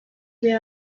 bir